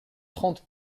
trente